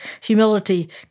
humility